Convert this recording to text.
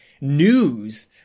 news